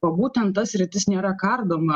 o būtent ta sritis nėra kardoma